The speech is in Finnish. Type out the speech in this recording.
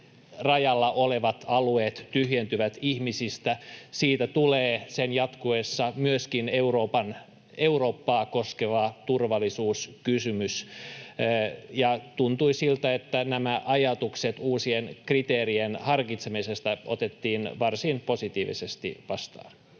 rajalla olevat alueet tyhjentyvät ihmisistä. Siitä tulee jatkuessaan myöskin Eurooppaa koskevaa turvallisuuskysymys. [Sanna Antikainen: Kiitos tästä!] Tuntui siltä, että nämä ajatukset uusien kriteerien harkitsemisesta otettiin varsin positiivisesti vastaan.